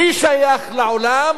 מי שייך לעולם